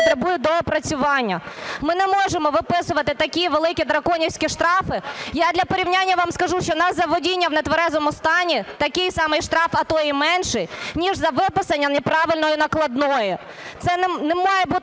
потребує доопрацювання. Ми не можемо виписувати такі великі драконівські штрафи. Я для порівняння вам скажу, що у нас за водіння в нетверезому стані такий самий штраф, а то і менший ніж за виписання неправильної накладної. Це не має бути